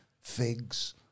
figs